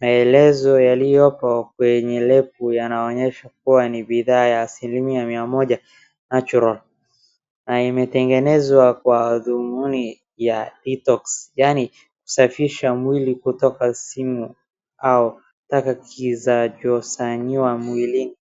Maelezo yaliyopo kwenye lebo yanaonyesha kuwa ni bidhaa ya asilimia mia moja natural , na imetengenezwa kwa dhumuni ya detox , yaani kusafisha mwili kutoka sumu au taka zilizojikusanyia mwilini.